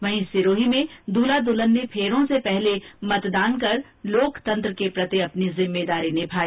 वहीं सिरोही में दूल्हा दूल्हन ने फेरों से पहले मतदान कर लोकतंत्र के प्रति अपनी जिम्मेदारी निभाई